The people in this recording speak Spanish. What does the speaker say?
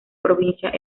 provincias